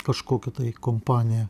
kažkokia tai kompanija